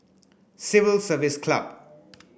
Civil Service Club